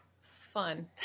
fun